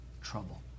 trouble